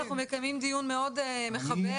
אנחנו מקיימים דיון מאוד מכבד,